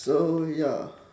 so ya